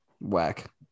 Whack